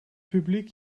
publiek